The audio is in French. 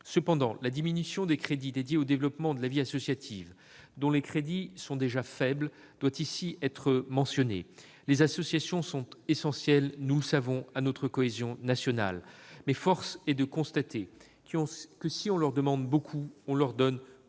Cependant, la diminution des crédits dédiés au développement de la vie associative, qui étaient déjà faibles, doit être mentionnée. Les associations, nous le savons, sont essentielles à notre cohésion nationale, mais force est de constater que, si on leur demande beaucoup, on leur donne peu.